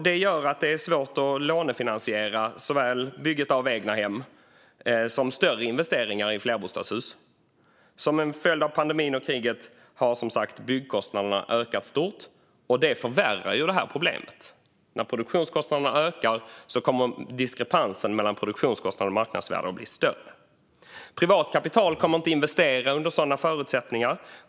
Det gör det svårt att lånefinansiera såväl bygget av egna hem som större investeringar i flerbostadshus. Som följd av pandemin och kriget har som sagt byggkostnaderna ökat kraftigt, och det förvärrar det här problemet. När produktionskostnaderna ökar blir diskrepansen mellan kostnader och marknadsvärde större. Privat kapital investeras inte under sådana förutsättningar.